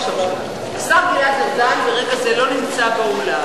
השר גלעד ארדן ברגע זה לא נמצא באולם.